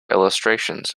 illustrations